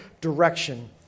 direction